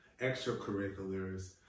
extracurriculars